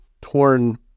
torn